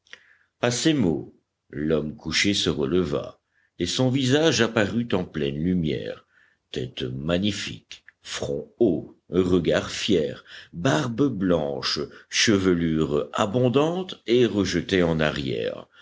à ces mots l'homme couché se releva et son visage apparut en pleine lumière tête magnifique front haut regard fier barbe blanche chevelure abondante et rejetée en arrière